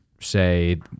say